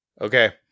Okay